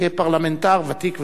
כפרלמנטר ותיק וטוב,